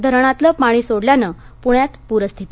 धरणातल पाणी सोडल्यानं पुण्यात पूरस्थिती